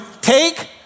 take